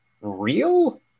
real